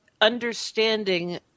understanding